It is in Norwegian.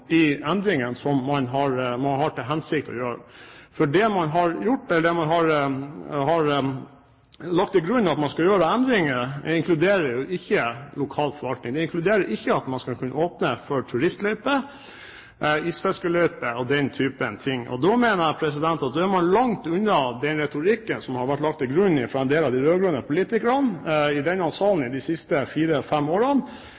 de endringene som man nå har til hensikt å gjøre, for det man har lagt til grunn at man skal gjøre av endringer, inkluderer jo ikke lokal forvaltning. Det inkluderer ikke at man skal kunne åpne for turistløype, isfiskeløype og den type ting. Da mener jeg at man er langt unna den retorikken som har vært lagt til grunn fra en del av de rød-grønne politikerne i denne salen i de siste fire–fem årene,